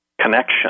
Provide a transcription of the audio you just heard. connection